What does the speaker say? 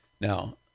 Now